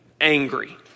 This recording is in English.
angry